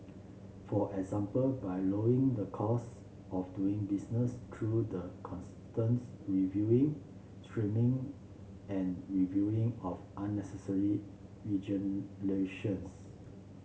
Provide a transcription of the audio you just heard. for example by lowering the cost of doing business through the constants reviewing streamlining and reviewing of unnecessary regulations